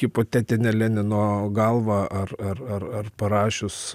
hipotetinę lenino galvą ar ar ar parašius